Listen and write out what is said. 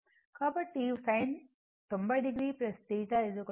కాబట్టి sin 90 o cos అని వ్రాయవచ్చు